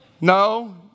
no